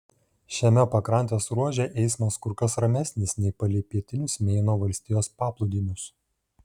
šiame pakrantės ruože eismas kur kas ramesnis nei palei pietinius meino valstijos paplūdimius